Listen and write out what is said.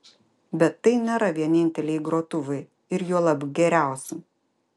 bet tai nėra vieninteliai grotuvai ir juolab geriausi